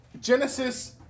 Genesis